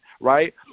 right